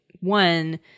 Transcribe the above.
One